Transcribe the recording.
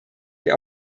der